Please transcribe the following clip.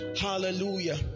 Hallelujah